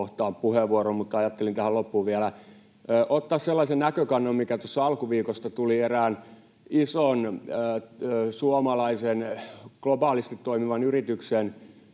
puheenvuoron, mutta ajattelin tähän loppuun vielä ottaa sellaisen näkökannan, mikä tuossa alkuviikosta tuli erään ison suomalaisen, globaalisti toimivan yrityksen